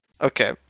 Okay